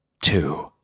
Two